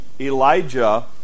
Elijah